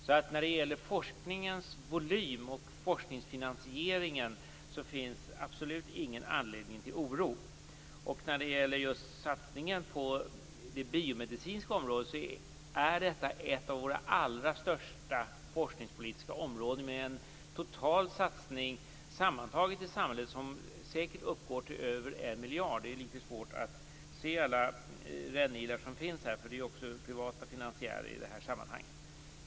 Så när det gäller forskningens volym och forskningsfinansieringen finns det absolut ingen anledning till oro. När det gäller satsningen på det biomedicinska området är just det ett av våra allra största forskningspolitiska områden. Satsningen, sammantaget i samhället, uppgår säkert till över 1 miljard - det är litet svårt att se alla rännilar, för det finns också privata finansiärer i det här sammanhanget.